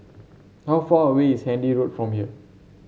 how far away is Handy Road from here